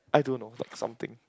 I don't know but something